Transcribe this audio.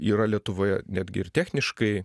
yra lietuvoje netgi ir techniškai